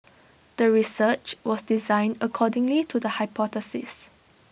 the research was designed accordingly to the hypothesis